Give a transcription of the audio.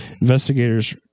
Investigators